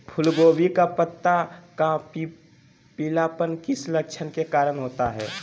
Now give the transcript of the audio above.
फूलगोभी का पत्ता का पीलापन किस लक्षण के कारण होता है?